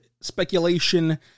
speculation